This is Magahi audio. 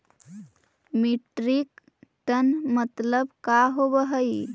मीट्रिक टन मतलब का होव हइ?